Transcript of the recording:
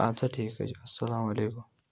اَدٕ سا ٹھیٖک حظ چھُ اَسلامُ علیکُم